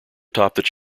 topped